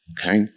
Okay